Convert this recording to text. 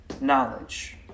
knowledge